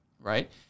right